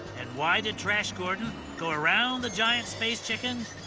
and why did trash gordon go around the giant space chicken?